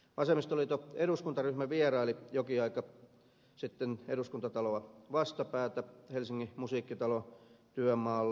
vasemmistoliiton eduskuntaryhmä vieraili jokin aika sitten eduskuntataloa vastapäätä helsingin musiikkitalo työmaalla